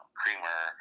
creamer